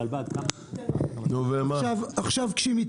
יעלו עוד דברים,